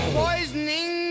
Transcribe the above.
poisoning